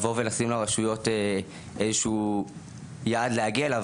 לבוא ולשים לרשויות איזשהו יעד להגיע אליו.